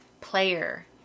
player